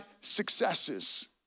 successes